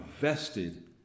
vested